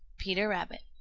peter rabbit.